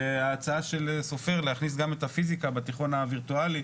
וההצעה של ח"כ סופר להכניס גם את הפיזיקה בתיכון הווירטואלי,